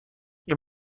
این